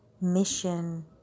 Mission